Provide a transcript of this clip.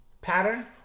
pattern